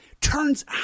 Turns